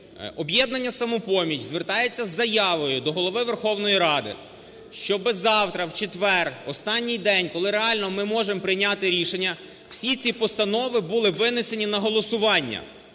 "Об'єднання "Самопоміч" звертається із заявою до Голови Верховної Ради, щоби завтра, в четвер, останній день, коли реально ми можемо прийняти рішення, всі ці постанови були винесені на голосування,